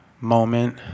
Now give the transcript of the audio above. moment